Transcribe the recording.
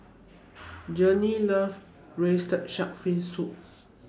Journey loves Braised Shark Fin Soup